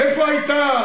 איפה היא היתה?